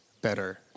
better